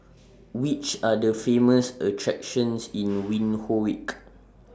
Which Are The Famous attractions in Windhoek